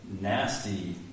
nasty